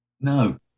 No